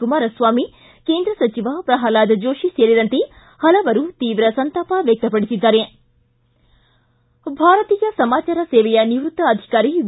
ಕುಮಾರಸ್ವಾಮಿ ಕೇಂದ್ರ ಸಚಿವ ಪ್ರಹ್ಲಾದ್ ಜೋಶಿ ತೀವ್ರ ಸಂತಾಪ ವ್ಯಕ್ತಪಡಿಸಿದ್ದಾರೆ ಭಾರತೀಯ ಸಮಾಚಾರ ಸೇವೆಯ ನಿವೃತ್ತ ಅಧಿಕಾರಿ ವಿ